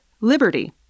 liberty